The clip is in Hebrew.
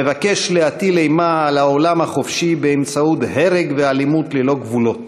המבקש להטיל אימה על העולם החופשי באמצעות הרג ואלימות ללא גבולות,